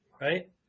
right